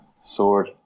sword